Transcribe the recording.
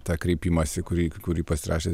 tą kreipimąsi kurį kurį pasirašė